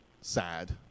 sad